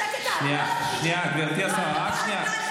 שקט את, גברתי השרה, שנייה,